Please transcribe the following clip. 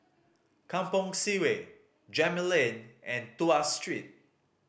Kampong Sireh Gemmill Lane and Tuas Street